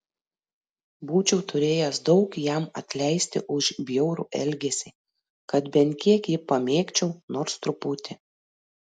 būčiau turėjęs daug jam atleisti už bjaurų elgesį kad bent kiek jį pamėgčiau nors truputį